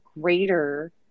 greater